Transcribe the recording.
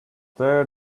there